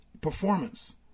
performance